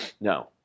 no